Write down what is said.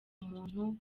umuntu